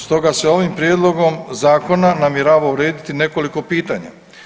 Stoga se ovim prijedlogom zakona namjerava urediti nekoliko pitanja.